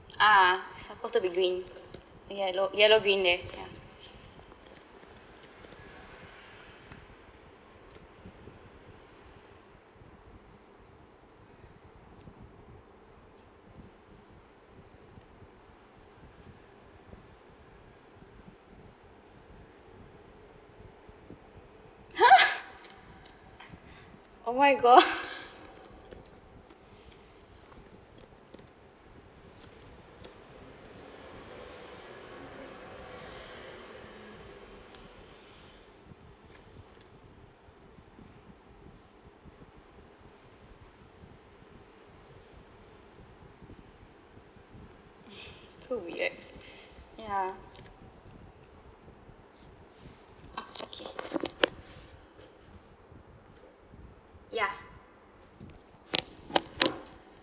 ah supposed to be green yellow yellow green there ya ha oh my god so weird ya okay ya